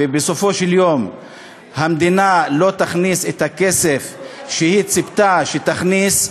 ובסופו של דבר המדינה לא תכניס את הכסף שהיא ציפתה שתכניס,